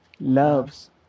loves